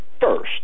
first